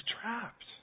trapped